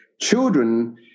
children